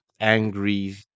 angry